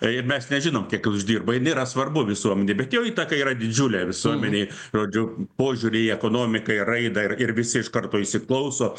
ir mes nežinom kiek jie uždirba ir nėra svarbu visuomenei bet jo įtaka yra didžiulė visuomenei žodžiu požiūrį į ekonomiką į raidą ir ir visi iš karto įsiklauso